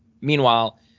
Meanwhile